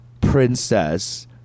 princess